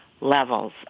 Levels